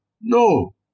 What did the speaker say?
no